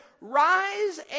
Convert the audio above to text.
Rise